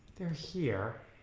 to adhere